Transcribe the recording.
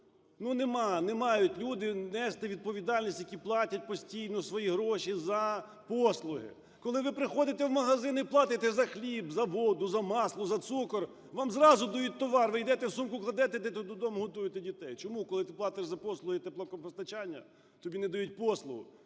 Ну не мають, не мають люди нести відповідальність, які платять постійно свої гроші за послуги. Коли ви приходите в магазин і платити за хліб, за воду, за масло, за цукор, вам зразу дають товар, ви йдете в сумку кладете, йдете додому годуєте дітей. Чому, коли ти платиш за послуги теплокомунпостачання, тобі не дають послугу